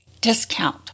discount